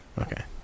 Okay